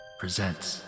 presents